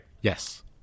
Yes